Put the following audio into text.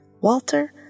Walter